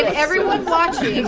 everyone's watching,